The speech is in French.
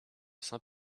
saint